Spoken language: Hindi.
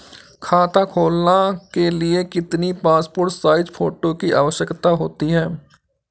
खाता खोलना के लिए कितनी पासपोर्ट साइज फोटो की आवश्यकता होती है?